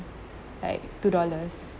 like two dollars